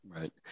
Right